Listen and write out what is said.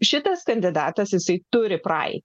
šitas kandidatas jis turi praeitį